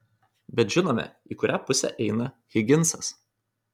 bet žinome į kurią pusę eina higinsas